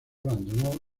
abandonó